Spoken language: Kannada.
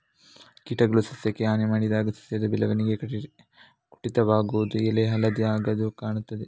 ಕೀಟಗಳು ಸಸ್ಯಕ್ಕೆ ಹಾನಿ ಮಾಡಿದಾಗ ಸಸ್ಯದ ಬೆಳವಣಿಗೆ ಕುಂಠಿತವಾಗುದು, ಎಲೆ ಹಳದಿ ಆಗುದು ಕಾಣ್ತದೆ